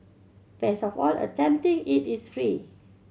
best of all attempting it is free